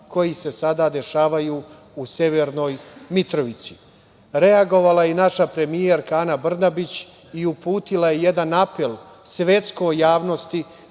koji se sada dešavaju u Severnoj Mitrovici. Reagovala je naša premijerka, Ana Brnabić i uputila je jedan apel svetskoj javnosti